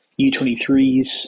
U23s